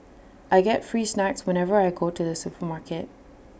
I get free snacks whenever I go to the supermarket